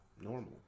normal